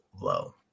low